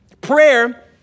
Prayer